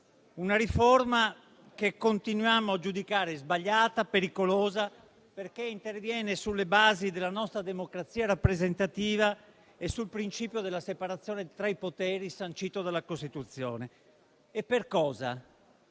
una riforma che continuiamo a giudicare sbagliata e pericolosa, perché interviene sulle basi della nostra democrazia rappresentativa e sul principio della separazione tra i poteri sancito dalla Costituzione. E per cosa?